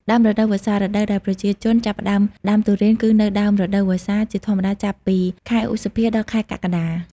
ដើមរដូវវស្សា រដូវដែលប្រជាជនចាប់ផ្ដើមដាំទុរេនគឺនៅ ដើមរដូវវស្សា ជាធម្មតាចាប់ពី ខែឧសភា ដល់ខែកក្កដា។